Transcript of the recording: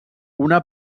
una